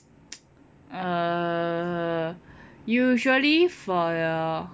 err usually for your